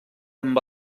amb